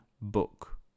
book